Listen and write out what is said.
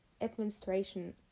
administration